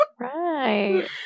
Right